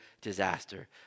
disaster